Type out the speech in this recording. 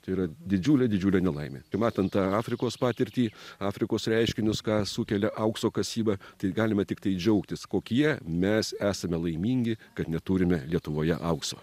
tai yra didžiulė didžiulė nelaimė tai matant afrikos patirtį afrikos reiškinius ką sukelia aukso kasyba tai galime tiktai džiaugtis kokie mes esame laimingi kad neturime lietuvoje aukso